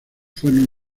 fueron